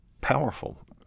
powerful